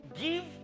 Give